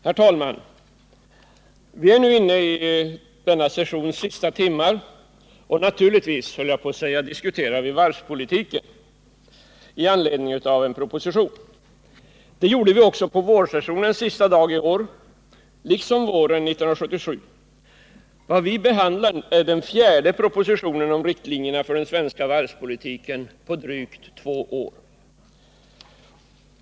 Herr talman! Vi är nu inne i denna sessions sista timmar, och naturligtvis, höll jag på att säga, diskuterar vi varvspolitiken i anledning av en proposition. Det gjorde vi också på vårsessionens sista dag i år, liksom våren 1977. Vad vi nu behandlar är den fjärde propositionen om riktlinjerna för den svenska varvspolitiken på drygt två år.